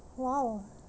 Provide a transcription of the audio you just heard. !wow!